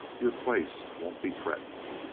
your place won't be threatened.